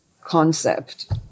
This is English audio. concept